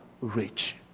rich